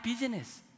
business